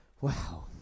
Wow